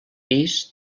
pis